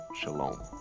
Shalom